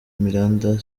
miranda